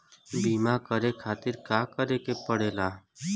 बीमा करे खातिर का करे के पड़ेला?